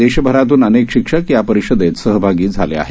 देशभरातून अनेक शिक्षक या परिषदेत सहभागी झाले आहेत